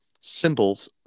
symbols